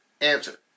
Answer